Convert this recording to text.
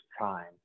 time